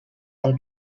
del